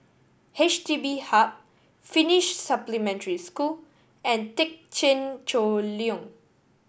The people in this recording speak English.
H D B Hub Finnish Supplementary School and Thekchen Choling